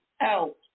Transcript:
Out